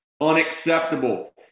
Unacceptable